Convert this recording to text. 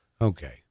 Okay